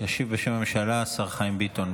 ישיב בשם הממשלה השר חיים ביטון.